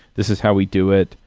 this is how we do it.